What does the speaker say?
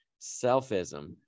selfism